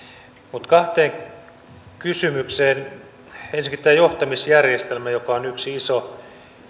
mutta kahteen kysymykseen ensinnäkin tämä johtamisjärjestelmä joka on yksi iso